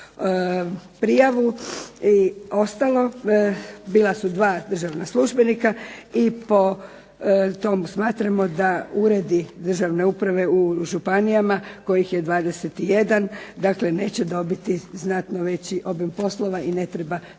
prijavu i ostalo, bila su dva državna službenika i po tom smatramo da uredi državne uprave u županijama, kojih je 21, neće dobiti znatno veći obim poslova i ne treba zapošljavati